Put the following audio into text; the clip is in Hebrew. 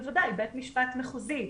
בוודאי, בית משפט מחוזי.